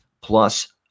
plus